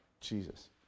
Jesus